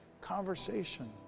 conversation